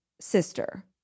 Sister